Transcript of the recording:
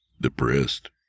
depressed